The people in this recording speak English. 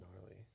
gnarly